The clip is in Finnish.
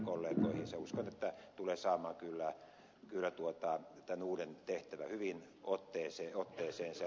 uskon että hän tulee saamaan kyllä tämän uuden tehtävän hyvin otteeseensa